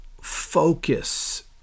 focus